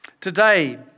today